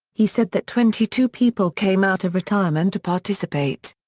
he said that twenty two people came out of retirement to participate.